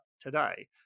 today